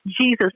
Jesus